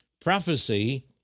prophecy